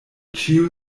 ĉiu